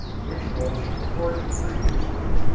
which was recorded previously,